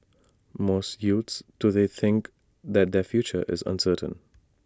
most youths today think that their future is uncertain